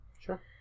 Sure